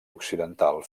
occidental